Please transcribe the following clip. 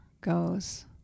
goes